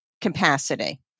capacity